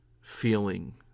feeling